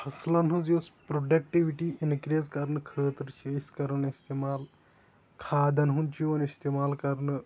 فصلَن ہنٛز یۄس productivity increase کرنہِ خٲطرٕ چھِ أسۍ کران اِستِمال کھادَن ہُنٛد چھُ یِوان اِستِمال کرنہٕ